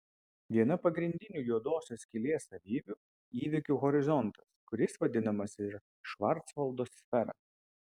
viena pagrindinių juodosios skylės savybių įvykių horizontas kuris vadinamas ir švarcvaldo sfera